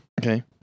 Okay